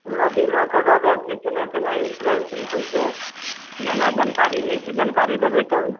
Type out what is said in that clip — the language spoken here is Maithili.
हमरा बीमा करबाबै के छै केना केना इंट्रेस्टमे होइत छै ई हमरा जानकारी नहि छै जानकारी देबै तब ने